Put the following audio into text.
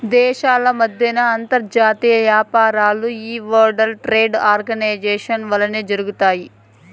దేశాల మద్దెన అంతర్జాతీయ యాపారాలు ఈ వరల్డ్ ట్రేడ్ ఆర్గనైజేషన్ వల్లనే జరగతాయి